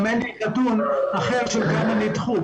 גם אין לי נתון אחר כמה נדחו.